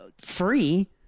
free